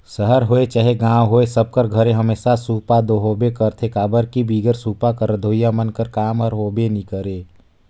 सहर होए चहे गाँव होए सब कर घरे हमेसा सूपा दो होबे करथे काबर कि बिगर सूपा कर रधोइया मन कर काम हर होबे नी करे